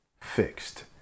fixed